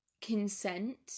consent